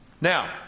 Now